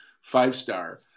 five-star